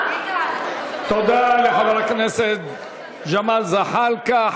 תודה לחבר הכנסת ג'מאל זחאלקה.